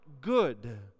good